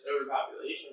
overpopulation